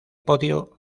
podio